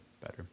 better